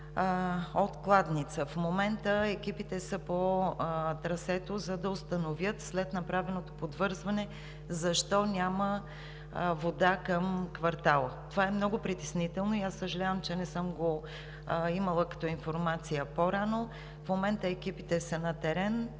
от Кладница. В момента екипите са по трасето, за да установят защо няма вода към квартала след направеното подвързване. Това е много притеснително и аз съжалявам, че не съм го имала като информация по-рано. В момента екипите са на терен,